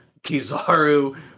Kizaru